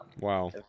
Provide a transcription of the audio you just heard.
Wow